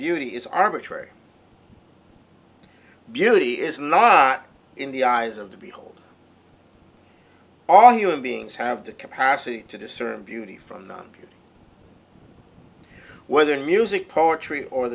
beauty is arbitrary beauty is not in the eyes of the beholder all human beings have the capacity to discern beauty from none whether music poetry or